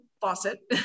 faucet